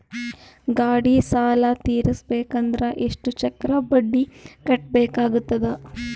ಗಾಡಿ ಸಾಲ ತಿರಸಬೇಕಂದರ ಎಷ್ಟ ಚಕ್ರ ಬಡ್ಡಿ ಕಟ್ಟಬೇಕಾಗತದ?